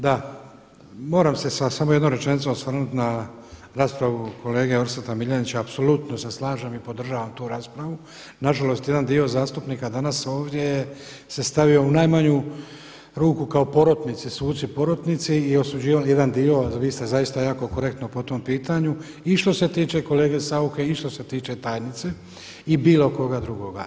Da, moram se samo jednom rečenicom osvrnuti na raspravu kolege Orsata Miljenića, apsolutno se slažem i podržavam tu raspravu, nažalost jedan dio zastupnika danas ovdje se stavio u najmanju ruku kao porotnici, suci porotnici i jedan dio, a vi ste zaista jako korektno po tom pitanju i što se tiče kolege Sauche i što se tiče tajnice i bilo koga drugoga.